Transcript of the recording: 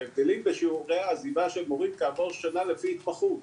את ההבדלים בשיעורי העזיבה של מורים כעבור שנה לפי התמחות.